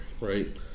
right